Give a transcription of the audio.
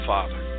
Father